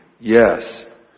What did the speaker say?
Yes